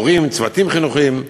הורים וצוותים חינוכיים.